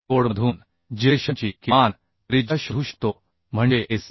कोडमधून जिरेशनची किमान त्रिज्या शोधू शकतो म्हणजे SP